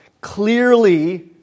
Clearly